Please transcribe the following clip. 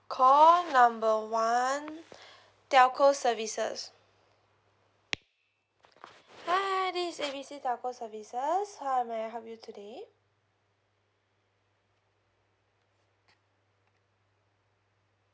call number one telco services hi this is A B C telco services how may I help you today